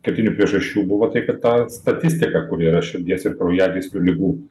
kertinių priežasčių buvo tai kad ta statistika kur yra širdies ir kraujagyslių ligų